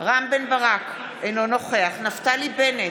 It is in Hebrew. רם בן ברק, אינו נוכח נפתלי בנט,